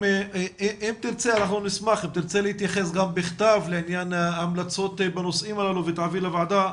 אם תרצה להתייחס גם בכתב לעניין ההמלצות בנושאים הללו ותעביר לוועדה,